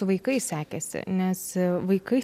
su vaikais sekėsi nes vaikai